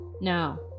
Now